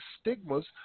stigmas